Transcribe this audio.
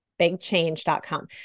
bigchange.com